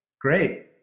Great